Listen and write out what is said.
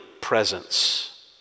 presence